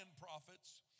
prophets